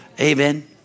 Amen